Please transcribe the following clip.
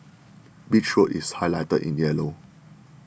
Beach Road is highlighted in yellow